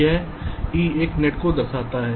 यह e एक net को दर्शाता है